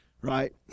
right